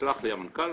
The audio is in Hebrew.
ויסלח לי המנכ"ל,